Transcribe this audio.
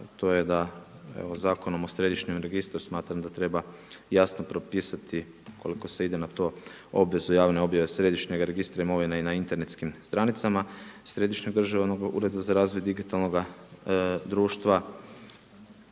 to je da Zakonom o središnjem registru smatram da treba jasno propisati, ukoliko se ide na to, obvezu javne objave središnjeg registra imovine i na internetskim stranicama, Središnjeg državnog ureda za razvoj digitalnoga društva